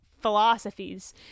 philosophies